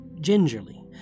gingerly